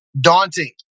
daunting